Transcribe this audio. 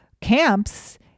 camps